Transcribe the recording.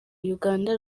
uganda